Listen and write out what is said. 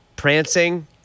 Prancing